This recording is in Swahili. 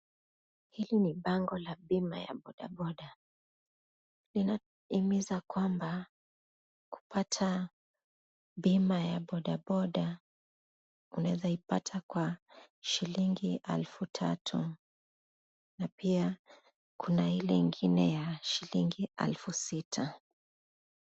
Hili ni bango la bina ya bodaboda inahimisa kwa kupata pima ya bodaboda unaesa pata Kwa shilingi elfu tatu na pia kuna Ile ingine ya shilingi elfu sita.